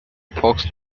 fox